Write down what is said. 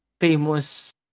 famous